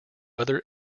other